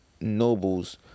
nobles